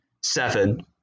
seven